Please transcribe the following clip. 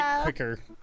quicker